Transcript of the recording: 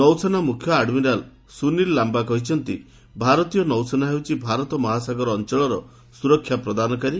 ନୌସେନା ମୁଖ୍ୟ ଆଡ୍ମିରାଳ୍ ସୁନୀଲ ଲାମ୍ବା କହିଛନ୍ତି ଭାରତୀୟ ନୌସେନା ହେଉଛି ଭାରତ ମହାସାଗର ଅଞ୍ଚଳର ସ୍ତରକ୍ଷା ପ୍ରଦାନକାରୀ